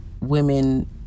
women